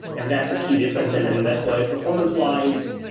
and that's a key difference and and that's why performance-wise,